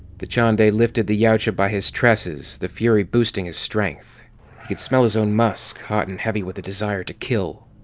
dachande lifted the yautja by his tresses, the fury boosting his strength. he could smell his own musk, hot and heavy with the desire to kill.